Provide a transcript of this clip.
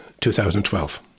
2012